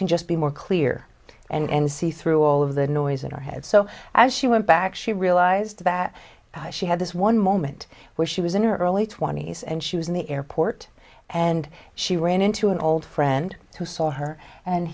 can just be more clear and see through all of the noise in her head so as she went back she realized that she had this one moment where she was in her early twenty's and she was in the airport and she ran into an old friend who saw her and